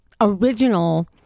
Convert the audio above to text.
original